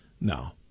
No